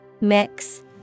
Mix